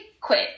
quit